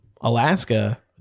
Alaska